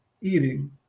eating